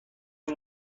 این